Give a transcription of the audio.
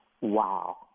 wow